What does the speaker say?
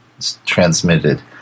transmitted